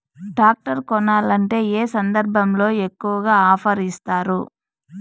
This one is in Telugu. టాక్టర్ కొనాలంటే ఏ సందర్భంలో ఎక్కువగా ఆఫర్ ఇస్తారు?